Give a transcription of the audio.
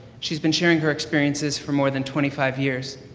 she's been sharing her experiences for more than twenty five years.